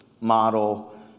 model